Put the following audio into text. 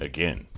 Again